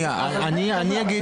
אדוני,